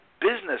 business